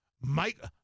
Mike